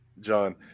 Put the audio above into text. John